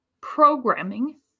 programming